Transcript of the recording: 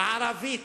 הערבית.